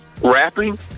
rapping